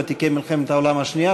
ותיקי מלחמת העולם השנייה,